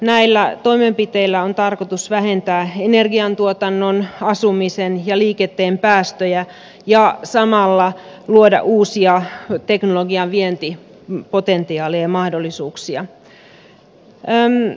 näillä toimenpiteillä on tarkoitus vähentää energiantuotannon asumisen ja liikenteen päästöjä ja samalla luoda uusia teknologian vientipotentiaaleja ja mahdollisuuksia